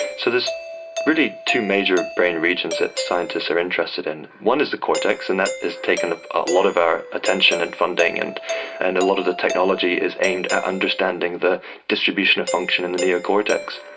so there's really two major brain regions that scientists are interested in. one is the cortex, and that has taken ah a lot of our attention and funding and and a lot of the technology is aimed at understanding the distribution of function in the neocortex.